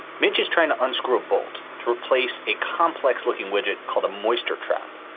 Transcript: mitch is trying to unscrew a bolt to replace a complex looking widget called a moisture trap.